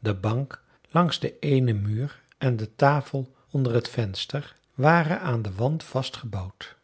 de bank langs den eenen muur en de tafel onder het venster waren aan den wand vastgebouwd